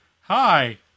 hi